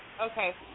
Okay